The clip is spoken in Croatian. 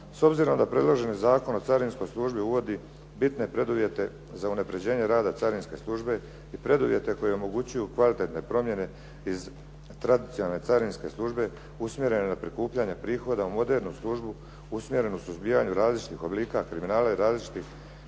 S obzirom da predloženi Zakon o carinskoj službi uvodi bitne preduvjete za unaprjeđenje rada carinske službe i preduvjete koji omogućuju kvalitetne promjene iz tradicionalne carinske službe usmjereno na prikupljanje prihoda u modernu službu usmjerenu suzbijanju različitih oblika kriminala i različitih